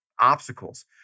obstacles